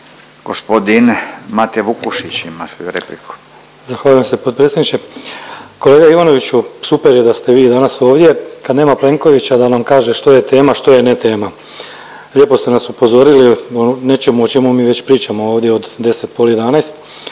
Gospodin Mate Vukušić ima svoju repliku. **Vukušić, Mate (SDP)** Zahvaljujem se potpredsjedniče. Kolega Ivanoviću, super je da ste vi danas ovdje kad nema Plenkovića da nam kaže što je tema, a što je ne tema. Lijepo ste nas upozorili o nečemu o čemu mi već pričamo ovdje od 10,